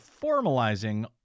formalizing